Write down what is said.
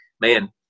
man